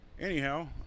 anyhow